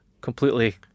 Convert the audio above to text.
completely